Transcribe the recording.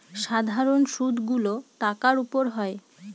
সাধারন সুদ গুলো টাকার উপর হয়